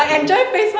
okay